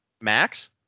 Max